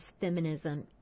feminism